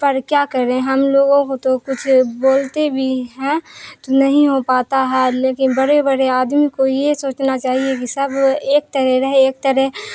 پر کیا کریں ہم لوگوں کو تو کچھ بولتے بھی ہیں تو نہیں ہو پاتا ہے لیکن بڑے بڑے آدمی کو یہ سوچنا چاہیے کہ سب ایک طرح رہے ایک طرح